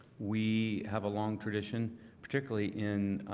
we have a long tradition particularly in